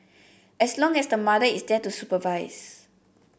as long as the mother is there to supervise